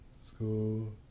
school